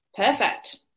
Perfect